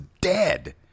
dead